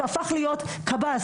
שהפך להיות קב"ס.